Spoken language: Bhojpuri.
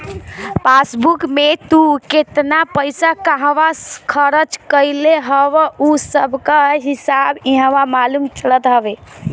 पासबुक में तू केतना पईसा कहवा खरच कईले हव उ सबकअ हिसाब इहवा मालूम चलत हवे